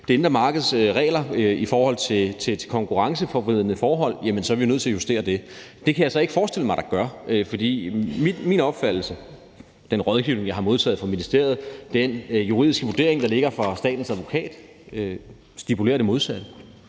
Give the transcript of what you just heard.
det indre markeds regler i forhold til konkurrenceforvridende forhold, er vi nødt til at justere det. Det kan jeg så bare ikke forestille mig at der gør, for min opfattelse er, at den rådgivning, jeg har modtaget fra ministeriet, og den juridiske vurdering, der ligger fra statens advokat, stipulerer det modsatte.